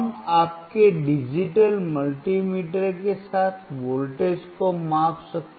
हम आपके digital multimeter के साथ वोल्टेज को माप सकते हैं